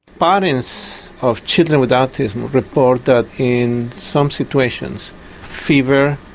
parents of children with autism report that in some situations fever,